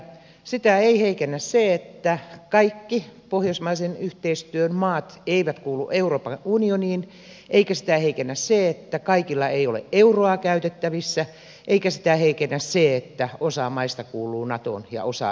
sitä ei heikennä se että kaikki pohjoismaisen yhteistyön maat eivät kuulu euroopan unioniin eikä sitä heikennä se että kaikilla ei ole euroa käytettävissä eikä sitä heikennä se että osa maista kuuluu natoon ja osa ei kuulu